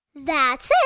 that's